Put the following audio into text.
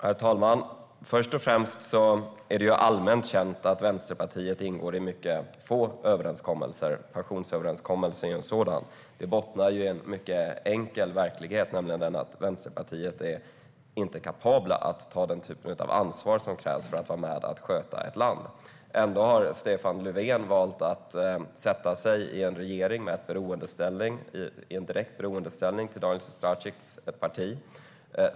Herr talman! Först och främst är det allmänt känt att Vänsterpartiet ingår i mycket få överenskommelser. Pensionsöverenskommelsen är en sådan. Det bottnar i en mycket enkel verklighet, nämligen den att Vänsterpartiet inte är kapabelt att ta den typ av ansvar som krävs för att vara med och sköta ett land. Ändå har Stefan Löfven valt att sätta sig i en regering som står i direkt beroendeställning till Daniel Sestrajcics parti.